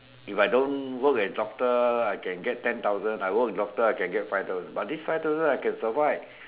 if I don't work as doctor I can get ten thousand but this five thousand I can survive